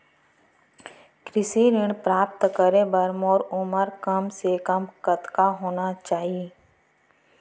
कृषि ऋण प्राप्त करे बर मोर उमर कम से कम कतका होना चाहि?